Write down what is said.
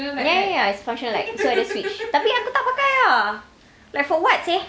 ya ya ya it's functional light that's why the switch tapi aku tak pakai ah like for what seh